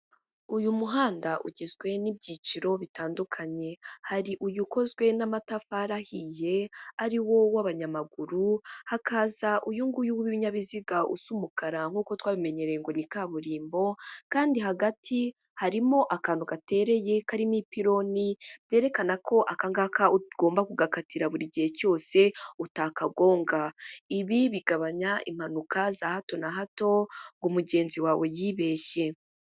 Uyu muhanda ugizwe n'ibyiciro bitandukanye, hari uyu ukozwe n'amatafari ahiye ari wo w'abanyamaguru, hakaza uyu nguyu w'ibinyabiziga usa umukara nk'uko twabimenyereye ngo ni kaburimbo, kandi hagati harimo akantu gatereye karimo ipironi, byerekana ko aka ngaka ugomba kugakatira buri gihe cyose utakagonga, ibi bigabanya impanuka za hato na hato ngo mugenzi wawe yibeshye.